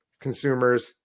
consumers